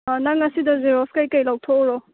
ꯑꯥ ꯅꯪ ꯉꯁꯤꯗꯣ ꯖꯦꯔꯣꯛꯁ ꯀꯩ ꯀꯩ ꯂꯧꯊꯣꯛꯎꯔꯣ